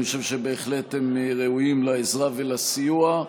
אני חושב שבהחלט הם ראויים לעזרה ולסיוע.